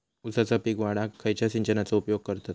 ऊसाचा पीक वाढाक खयच्या सिंचनाचो उपयोग करतत?